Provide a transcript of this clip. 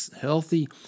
healthy